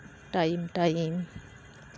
time time